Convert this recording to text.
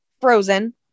Frozen